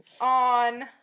on